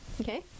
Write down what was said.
Okay